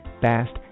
fast